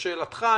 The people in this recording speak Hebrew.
לשאלתך,